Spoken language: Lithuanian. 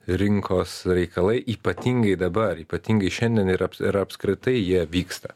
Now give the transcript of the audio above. rinkos reikalai ypatingai dabar ypatingai šiandien yra aps ir apskritai jie vyksta